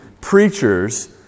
preachers